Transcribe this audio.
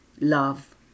love